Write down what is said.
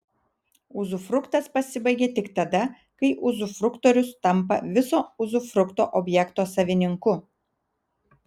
uzufruktas pasibaigia tik tada kai uzufruktorius tampa viso uzufrukto objekto savininku